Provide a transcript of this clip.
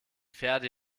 pferde